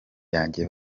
yanjye